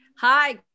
Hi